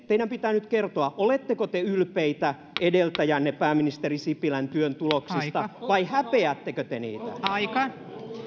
teidän pitää nyt kertoa oletteko te ylpeitä edeltäjänne pääministeri sipilän työn tuloksista vai häpeättekö te niitä